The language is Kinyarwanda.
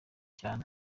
cyane